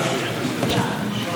המילה חלל,